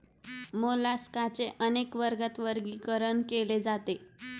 मोलास्काचे अनेक वर्गात वर्गीकरण केले जाते